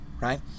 right